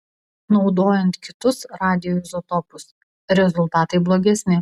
naudojant kitus radioizotopus rezultatai blogesni